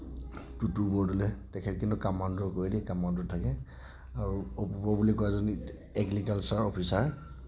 টুটু বৰদলৈ তেখেত কিন্তু কমাণ্ডো কৰে দেই কমাণ্ডোত থাকে আৰু অপূৰ্ব বুলি কোৱাজনে এগ্ৰিকালচাৰ অফিচাৰ